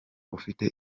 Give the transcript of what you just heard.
ufite